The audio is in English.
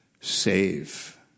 Save